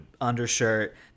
undershirt